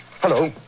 Hello